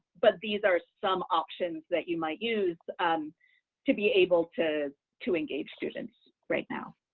but these are some options that you might use to be able to to engage students right now.